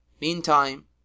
Meantime